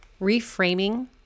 Reframing